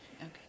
Okay